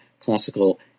classical